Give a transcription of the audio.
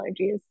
allergies